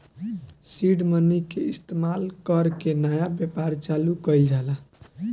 seed money के इस्तमाल कर के नया व्यापार चालू कइल जाला